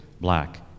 black